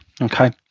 okay